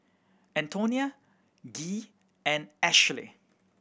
Antonina Gee and Ashely